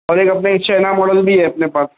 اور اپنے ایک چائنا ماڈ ل بھی ہے اپنے پاس